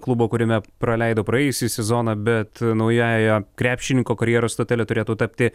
klubo kuriame praleido praėjusį sezoną bet naująja krepšininko karjeros stotele turėtų tapti